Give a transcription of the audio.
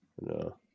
No